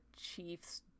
chief's